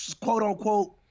quote-unquote